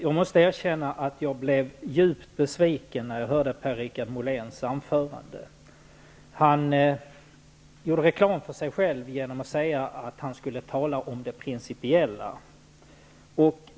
Herr talman! Jag blev djupt besviken när jag hörde Per-Richard Moléns anförande. Han gjorde reklam för sig själv genom att säga att han skulle tala om det principiella.